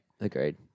Agreed